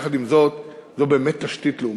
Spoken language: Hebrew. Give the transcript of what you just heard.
יחד עם זאת זו באמת תשתית לאומית.